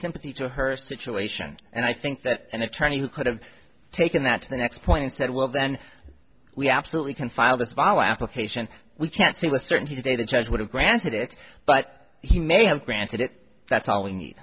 sympathy to her situation and i think that an attorney who could have taken that to the next point and said well then we absolutely can file this fall application we can't say with certainty today the judge would have granted it but he may have granted it that's all we need